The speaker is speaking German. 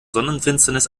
sonnenfinsternis